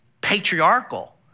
patriarchal